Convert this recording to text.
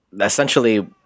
essentially